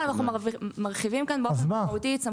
אנחנו מרחיבים כאן באופן משמעותי את סמכויות האכיפה.